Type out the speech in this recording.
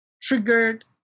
triggered